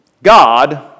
God